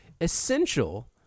essential